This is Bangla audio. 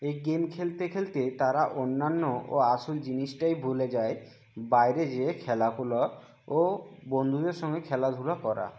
এই গেম খেলতে খেলতে তারা অন্যান্য ও আসল জিনিসটাই ভুলে যায় বাইরে গিয়ে খেলাধুলো ও বন্ধুদের সঙ্গে খেলাধুলো করা